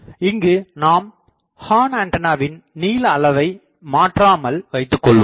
இங்கு நாம் ஹார்ன்ஆண்டனாவின் நீளஅளவை மாற்றாமல் வைத்துக்கொள்வோம்